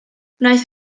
wnaeth